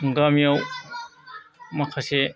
गामियाव माखासे